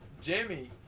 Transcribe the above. Jimmy